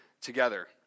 together